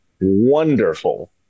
wonderful